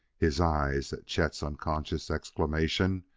his eyes, at chet's unconscious exclamation,